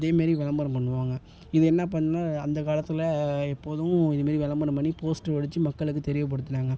அதேமாதிரி விளம்பரம் பண்ணுவாங்க இது என்ன பண்ணும் அந்த காலத்தில் எப்போதும் இதுமாதிரி விளம்பரம் பண்ணி போஸ்ட்ரு அடிச்சு மக்களுக்கு தெரியப்படுத்தினாங்க